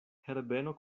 herbeno